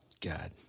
God